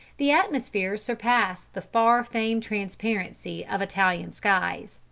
the atmosphere surpassed the far-famed transparency of italian skies.